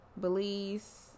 Belize